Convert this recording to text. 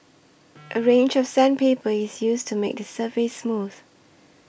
a range of sandpaper is used to make the surface smooth